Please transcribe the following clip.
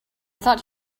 thought